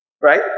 Right